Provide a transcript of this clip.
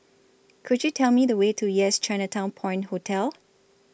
Could YOU Tell Me The Way to Yes Chinatown Point Hotel